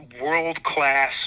world-class